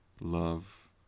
Love